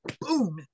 boom